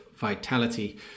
vitality